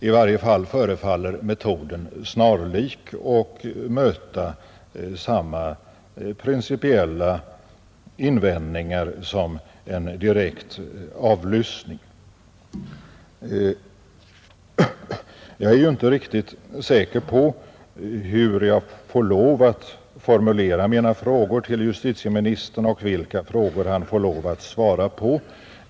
I varje fall förefaller metoden snarlik, och den kan möta samma principiella invändningar som en direkt avlyssning. Jag är ju inte riktigt säker på hur jag får lov att formulera mina frågor till justitieministern och vilka frågor han får lov att svara på.